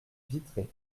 vitré